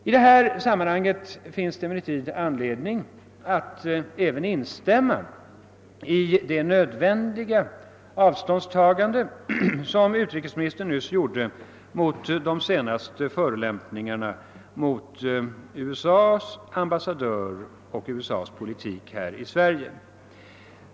I detta sammanhang finns det anledning att instämma i det nödvändiga avståndstagande som utrikesministern nyss gjorde mot de senaste förolämpningarna mot USA:s ambassadör och USA:s politik i Sverige.